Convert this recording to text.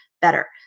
better